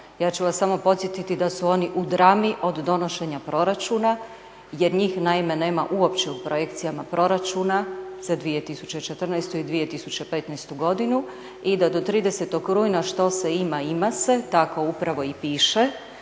Ja ću vas samo podsjetiti da su oni u drami od donošenja proračuna, jer njih naime nema uopće u projekcijama proračuna za 2014. i 2015. godinu i da do 30. rujna što se ima - ima se, tako upravo i piše